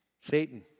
Satan